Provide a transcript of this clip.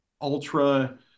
ultra